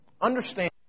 Understand